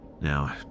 Now